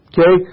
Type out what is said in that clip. Okay